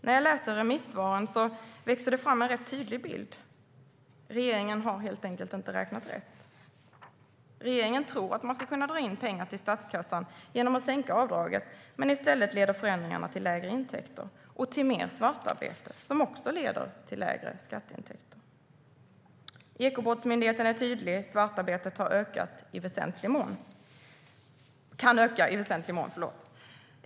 När jag läser remissvaren växer det fram en rätt tydlig bild, nämligen att regeringen helt enkelt inte har räknat rätt. Regeringen tror att man ska kunna dra in pengar till statskassan genom att sänka avdragen, men i stället leder förändringarna till lägre intäkter och mer svartarbete - vilket också leder till mindre skatteintäkter. Ekobrottsmyndigheten är tydlig: Svartarbetet kan öka i väsentlig mån.